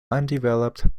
undeveloped